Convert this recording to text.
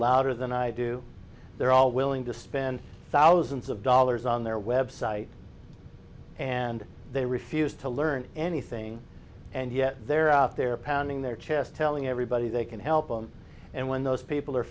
louder than i do they're all willing to spend thousands of dollars on their website and they refuse to learn anything and yet they're out there pounding their chest telling everybody they can help them and when those people are